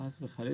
חס וחלילה.